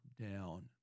down